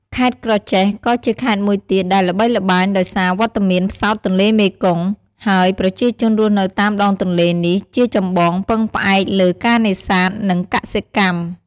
ខេត្តក្រចេះ ក៏ជាខេត្តមួយទៀតដែលល្បីល្បាញដោយសារវត្តមានផ្សោតទន្លេមេគង្គ ហើយប្រជាជនរស់នៅតាមដងទន្លេនេះជាចម្បងពឹងផ្អែកលើការនេសាទ និងកសិកម្ម។